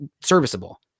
serviceable